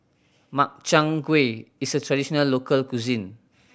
Makchang Gui is a traditional local cuisine